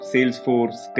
Salesforce